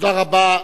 תודה רבה.